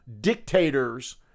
dictators